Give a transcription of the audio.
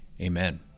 amen